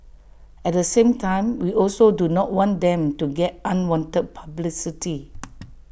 at the same time we also do not want them to get unwanted publicity